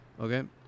Okay